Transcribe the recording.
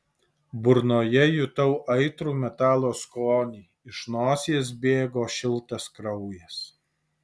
burnoje jutau aitrų metalo skonį iš nosies bėgo šiltas kraujas